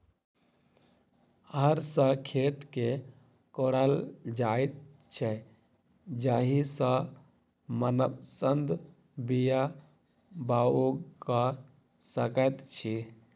हर सॅ खेत के कोड़ल जाइत छै जाहि सॅ मनपसंद बीया बाउग क सकैत छी